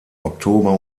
oktober